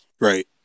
right